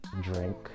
drink